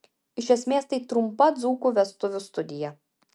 iš esmės tai trumpa dzūkų vestuvių studija